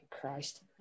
Christ